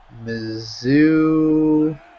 Mizzou